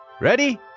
Ready